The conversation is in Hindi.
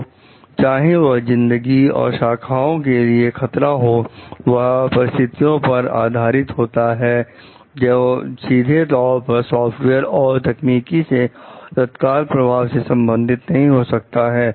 तो चाहे वह जिंदगी और शाखाओं के लिए खतरा हो वह परिस्थितियों पर आधारित होता है जो सीधे तौर पर सॉफ्टवेयर और तकनीकी से तत्काल प्रभाव से संबंधित नहीं हो सकता है